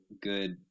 good